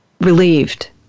relieved